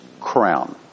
crown